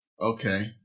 Okay